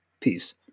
Peace